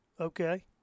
Okay